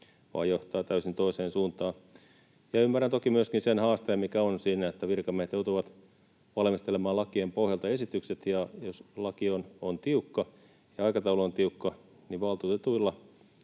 vaan johtaa täysin toiseen suuntaan. Ja ymmärrän toki myöskin sen haasteen, mikä on siinä, että virkamiehet joutuvat valmistelemaan lakien pohjalta esitykset. Jos laki on tiukka ja aikataulu on tiukka, niin valtuutetuilla